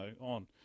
on